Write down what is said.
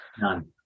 None